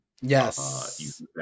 yes